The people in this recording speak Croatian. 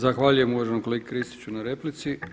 Zahvaljujem uvaženom kolegi Kristiću na replici.